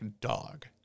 dog